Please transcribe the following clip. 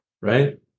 Right